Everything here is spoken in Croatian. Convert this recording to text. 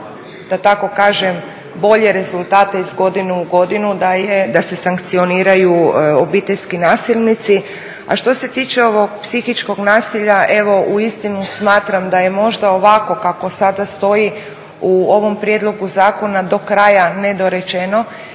da tako kažem bolje rezultate iz godine u godinu, da se sankcioniraju obiteljski nasilnici. A što se tiče ovog psihičkog nasilja, evo uistinu smatram da je možda ovako kako sada stoji u ovom prijedlogu zakona do kraja nedorečeno